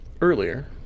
Earlier